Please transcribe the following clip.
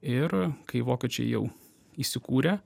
ir kai vokiečiai jau įsikūrė